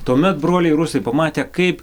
tuomet broliai rusai pamatę kaip